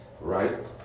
Right